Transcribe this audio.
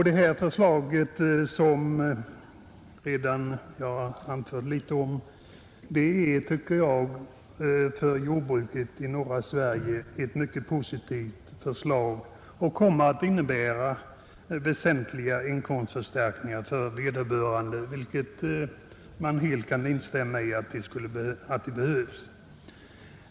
Detta förslag är, tycker jag, mycket positivt för jordbruket i norra Sverige och kommer att innebära väsentliga inkomstförstärkningar för jordbrukarna. Man kan helt instämma i det.